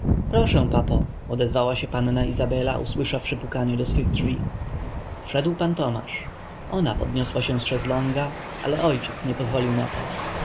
proszę papo odezwała się panna izabela usłyszawszy pukanie do swych drzwi wszedł pan tomasz ona podniosła się z szeslonga ale ojciec nie pozwolił na to